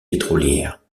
pétrolière